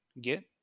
get